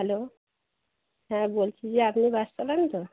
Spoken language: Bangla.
হ্যালো হ্যাঁ বলছি যে আপনি বাস চালান তো